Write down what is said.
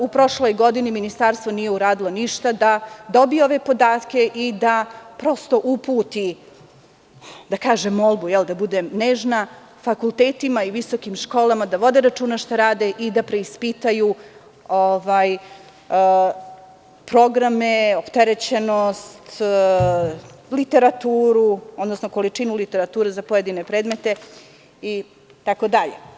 U prošloj godini ministarstvo nije uradilo ništa da dobije ove podatke i da prosto uputi, da kažem molbu, jel da budem nežna, fakultetima i visokim školama da vode računa šta rade i da preispitaju programe, opterećenost, literaturu, odnosno količinu literature za pojedine predmete itd.